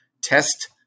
test